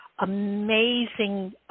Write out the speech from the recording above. amazing